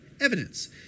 evidence